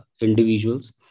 individuals